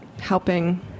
helping